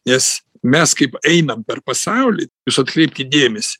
nes mes kaip einam per pasaulį iš atkreipki dėmes